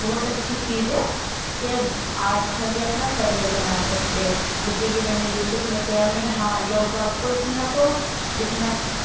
بہت اچّھی چیز ہے کہ آرٹس میں بھی اپنا کریر بنا سکتے جیسے کہ میں نے یو ٹوب میں کیا ہے مطلب ہاں لوگ باگ کو اتنا تو دکھنا